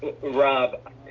Rob